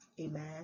amen